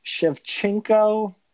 Shevchenko